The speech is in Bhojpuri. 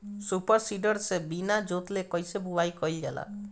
सूपर सीडर से बीना जोतले कईसे बुआई कयिल जाला?